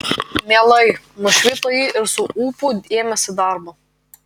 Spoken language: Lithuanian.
mielai nušvito ji ir su ūpu ėmėsi darbo